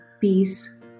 peace